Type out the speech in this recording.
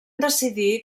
decidir